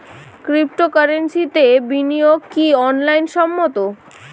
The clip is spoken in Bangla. ক্রিপ্টোকারেন্সিতে বিনিয়োগ কি আইন সম্মত?